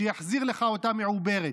שיחזיר לך אותה מעוברת,